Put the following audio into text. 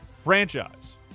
franchise